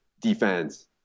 defense